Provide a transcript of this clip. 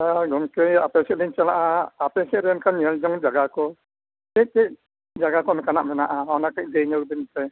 ᱦᱳᱭ ᱜᱚᱢᱠᱮ ᱟᱯᱮ ᱥᱮᱫ ᱞᱤᱧ ᱪᱟᱞᱟᱜᱼᱟ ᱟᱯᱮ ᱥᱮᱫ ᱨᱮ ᱚᱱᱠᱟ ᱧᱮᱞ ᱡᱚᱝ ᱡᱟᱭᱜᱟ ᱠᱚ ᱪᱮᱫ ᱪᱮᱫ ᱡᱟᱭᱜᱟ ᱠᱚ ᱚᱱᱠᱟᱱᱜ ᱢᱮᱱᱟᱜᱼᱟ ᱚᱱᱟ ᱠᱟᱹᱡ ᱞᱟᱹᱭ ᱧᱚᱜ ᱵᱤᱱ ᱥᱮ